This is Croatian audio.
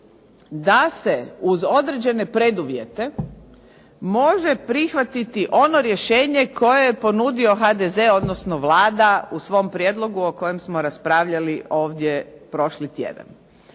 da se uz određene preduvjete može prihvatiti ono rješenje koje je ponudio HDZ, odnosno Vlada u svom prijedlogu o kojem smo raspravljali ovdje prošli tjedan.